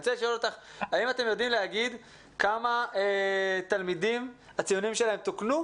האם אתם יודעים להגיד כמה ציונים תוקנו?